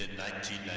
nineteen.